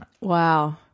Wow